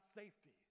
safety